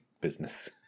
business